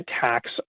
tax